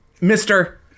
mister